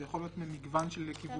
זה יכול להיות ממגוון של כיוונים.